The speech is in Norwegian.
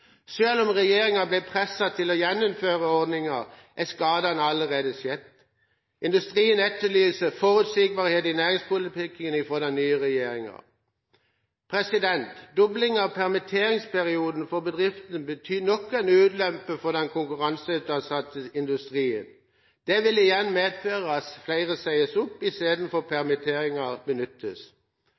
om regjeringa ble presset til å gjeninnføre ordningen, er skadene allerede skjedd. Industrien etterlyser forutsigbarhet i næringspolitikken fra den nye regjeringa. Dobling av permitteringsperioden for bedriftene betyr nok en ulempe for den konkurranseutsatte industrien. Det vil igjen medføre at flere sies opp, istedenfor at permitteringer benyttes.